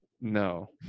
No